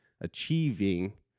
achieving